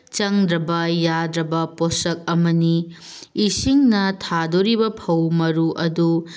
ꯆꯪꯗ꯭ꯔꯕ ꯌꯥꯗ꯭ꯔꯕ ꯄꯣꯠꯁꯛ ꯑꯃꯅꯤ ꯏꯁꯤꯡꯅ ꯊꯥꯗꯣꯔꯤꯕ ꯐꯧ ꯃꯔꯨ ꯑꯗꯨ